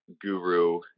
Guru